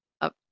up